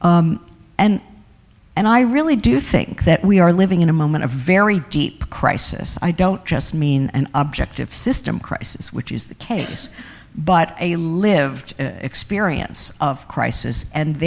whatever and and i really do think that we are living in a moment a very deep crisis i don't just mean an objective system crisis which is the case but a lived experience of crisis and